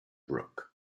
brook